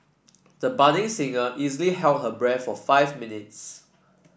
the budding singer easily held her breath for five minutes